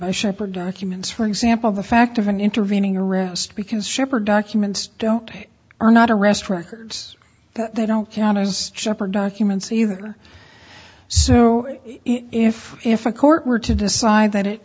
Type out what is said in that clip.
by shipper documents for example the fact of an intervening arrest because sheppard documents don't are not arrest records that they don't count as shepherd documents either so if if a court were to decide that it